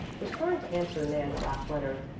was trying to answer nan's last letter.